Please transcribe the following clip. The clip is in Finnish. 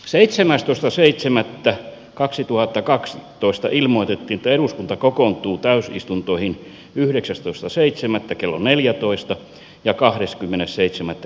seitsemästoista seitsemättä kaksituhattakaksitoista ilmoitettiin eduskunta kokoontuu täysistuntoihin yhdeksästoista seitsemättä kello neljätoista ja kahdeskymmenes seitsemättä